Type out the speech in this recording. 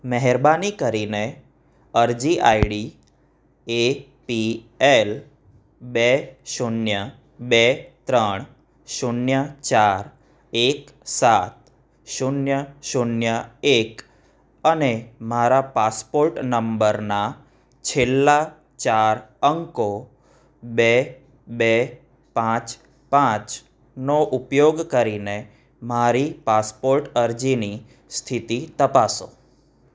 મહેરબાની કરીને અરજી આઈડી એપીએલ બે શૂન્ય બે ત્રણ શૂન્ય ચાર એક સાત શૂન્ય શૂન્ય એક અને મારા પાસપોર્ટ નંબરના છેલ્લા ચાર અંકો બે બે પાંચ પાંચ નો ઉપયોગ કરીને મારી પાસપોર્ટ અરજીની સ્થિતિ તપાસો